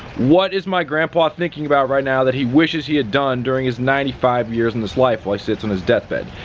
what is my grandpa thinking about right now that he wishes he had done during his ninety five years in this life while he sits on his death bed.